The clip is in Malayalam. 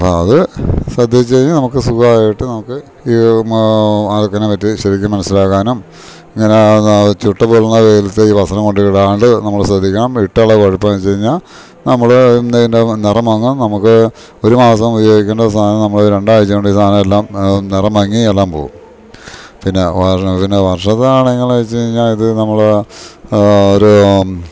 അപ്പ അത് ശ്രദ്ധിച്ച് കഴിഞ്ഞാ നമുക്ക് സുഖായിട്ട് നമുക്ക് അതക്കനെ പറ്റി ശെരിക്കും മനസ്സിലാക്കാനും ഇങ്ങനെ ചുട്ട്പൊളളൂന്ന വെയിലത്ത് ഈ വസ്ത്രം കൊണ്ടിടാണ്ട് നമ്മള് ശ്രദ്ധിക്കണം ഇട്ടാള്ളേ കൊഴപ്പെന്തെന്ന് വെച്ച് കഴിഞ്ഞാ നമ്മള് ഇതിൻ്റെ നെറമങ്ങും നമുക്ക് ഒരു മാസം ഉപയോഗിക്കേണ്ട സാനം നമ്മള് രണ്ടാഴ്ച്ച കൊണ്ടീ സാധനം എല്ലാം നെറമങ്ങി എല്ലാം പോവും പിന്നെ പിന്നെ വർഷത്താണെങ്കില് വെച്ച് കഴിഞ്ഞാ ഇത് നമ്മള് ആ ഒരു